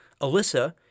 Alyssa